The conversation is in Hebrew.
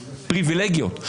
פריבילגיות.